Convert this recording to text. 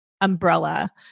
umbrella